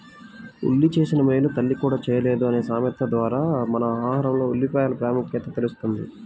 ఉల్లి చేసిన మేలు తల్లి కూడా చేయలేదు అనే సామెత ద్వారా మన ఆహారంలో ఉల్లిపాయల ప్రాముఖ్యత తెలుస్తుంది